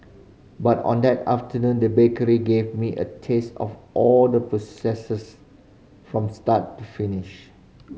but on that afternoon the bakery gave me a taste of all the processes from start to finish